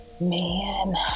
Man